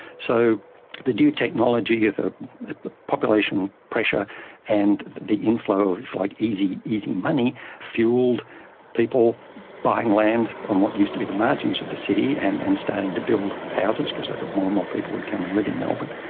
so the new technology, the the population pressure and the inflow of like easy easy money fuelled people buying land on what used to be the margins of the city and and starting to build houses because they thought more and more people would come and live in melbourne.